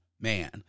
Man